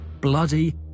bloody